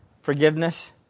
Forgiveness